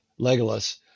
legolas